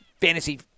fantasy